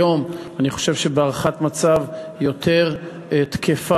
היום, אני חושב שבהערכת מצב יותר תקפה,